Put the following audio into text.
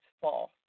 false